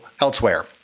elsewhere